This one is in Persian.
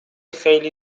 خیلی